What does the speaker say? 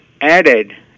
added